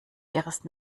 ihres